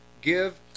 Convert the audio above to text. give